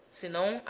senão